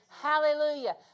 Hallelujah